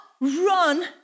run